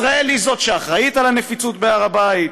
ישראל היא שאחראית על הנפיצות בהר הבית,